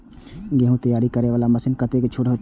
गेहूं तैयारी करे वाला मशीन में कतेक छूट होते?